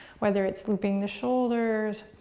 whether it's looping the shoulders,